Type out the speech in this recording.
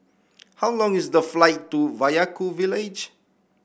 how long is the flight to Vaiaku village